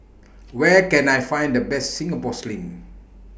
Where Can I Find The Best Singapore Sling